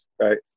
Right